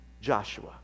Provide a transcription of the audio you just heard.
Joshua